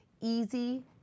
easy